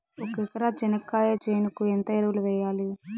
ఒక ఎకరా చెనక్కాయ చేనుకు ఎంత ఎరువులు వెయ్యాలి?